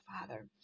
Father